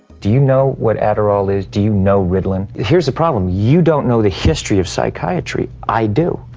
do you know what adderall is, do you know ritalin? here's the problem. you don't know the history of psychiatry. i do.